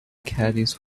caddies